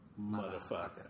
motherfucker